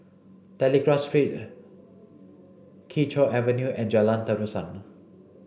Telegraph Street Kee Choe Avenue and Jalan Terusan